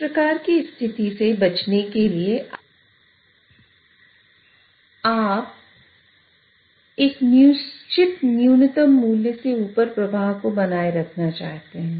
इस प्रकार की स्थिति से बचने के लिए आप एक निश्चित न्यूनतम मूल्य से ऊपर प्रवाह को बनाए रखना चाहते हैं